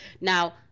now